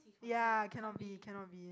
ya cannot be cannot be